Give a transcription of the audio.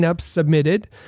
submitted